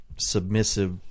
submissive